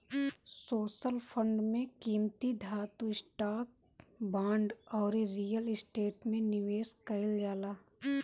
social fund में कीमती धातु, स्टॉक, बांड अउरी रियल स्टेट में निवेश कईल जाला